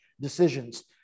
decisions